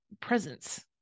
presence